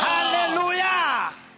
Hallelujah